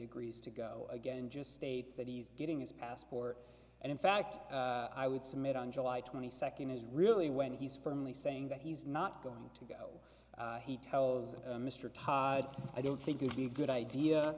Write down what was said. agrees to go again just states that he's getting his passport and in fact i would submit on july twenty second is really when he's firmly saying that he's not going to go he tells mr todd i don't think would be a good idea